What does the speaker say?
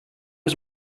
was